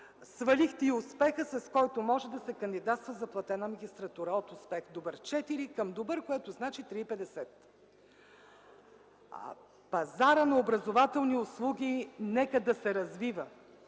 свалихте и успеха, с който може да се кандидатства за платена магистратура: от успех „добър 4”, на „добър”, което значи „3,50”. Пазарът на образователни услуги нека да се развива,